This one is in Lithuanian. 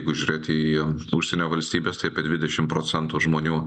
jeigu žiūrėti į užsienio valstybestai apie dvidešim procentų žmonių